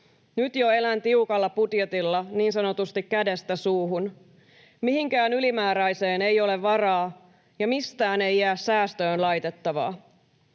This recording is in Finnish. Nyt jo elän tiukalla budjetilla niin sanotusti kädestä suuhun. Mihinkään ylimääräiseen ei ole varaa, ja mistään ei jää säästöön laitettavaa.